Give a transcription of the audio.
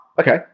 okay